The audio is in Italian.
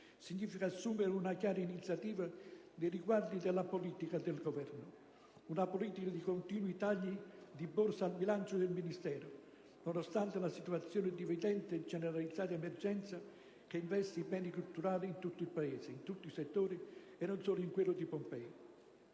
di una chiara iniziativa nei riguardi della politica del Governo: una politica di continui tagli di risorse al bilancio del Ministero, nonostante la situazione di evidente e generalizzata emergenza che investe i beni culturali in tutto il Paese, in tutti i settori, e non solo nel sito di Pompei.